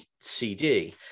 cd